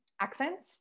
accents